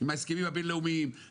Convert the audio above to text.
על ההסכמים הבין-לאומיים הוא פיקציה.